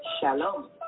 Shalom